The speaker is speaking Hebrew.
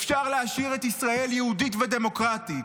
אפשר להשאיר את ישראל יהודית ודמוקרטית.